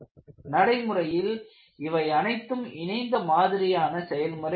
நடைமுறையில் இவை அனைத்தும் இணைந்த மாதிரியான செயல்முறை ஏற்படும்